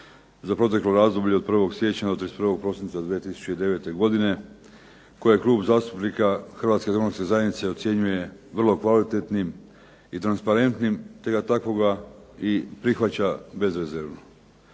za proteklo razdoblje od 1. siječnja do 31. prosinca 2009. godine koje Klub zastupnika Hrvatske demokratske zajednice ocjenjuje vrlo kvalitetnim i transparentnim te ga takvoga i prihvaća bezrezervno.